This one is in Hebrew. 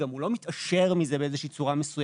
גם הוא לא מתעשר מזה באיזה שהיא צורה מסוימת.